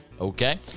Okay